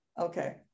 Okay